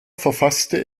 verfasste